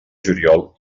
juliol